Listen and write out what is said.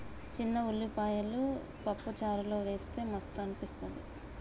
చిన్న ఉల్లిపాయలు పప్పు చారులో వేస్తె మస్తు అనిపిస్తది